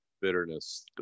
bitterness